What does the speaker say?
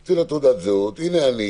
אני מוציא לו תעודת זהות: זה אני.